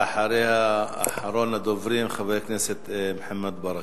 ואחריה, אחרון הדוברים, חבר הכנסת מוחמד ברכה.